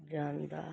ਜਾਂਦਾ